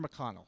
McConnell